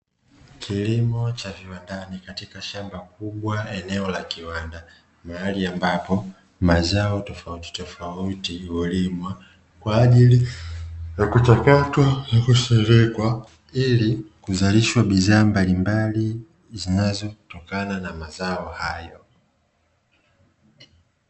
Kilimo cha viwandani katika shamba kubwa eneo la kiwanda, mahali ambapo mazao tofautitofauti hulimwa kwa ajili ya kuchakatwa na kisha huwekwa ili kuzalishwa bidhaa mbalimbali zinazotokana na mazao hayo.